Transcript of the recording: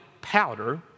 powder